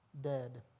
dead